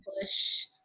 push